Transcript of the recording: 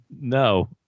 no